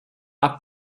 are